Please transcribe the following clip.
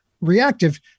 reactive